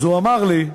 אז הוא אמר לי: